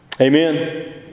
Amen